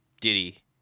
Diddy